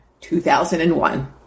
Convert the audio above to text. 2001